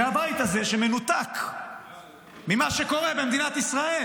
זה הבית הזה שמנותק ממה שקורה במדינת ישראל,